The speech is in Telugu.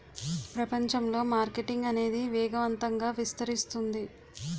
ప్రపంచంలో మార్కెటింగ్ అనేది వేగవంతంగా విస్తరిస్తుంది